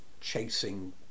chasing